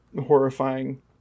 horrifying